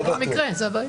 אי-אפשר לדבר איתה?